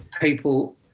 people